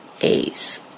A's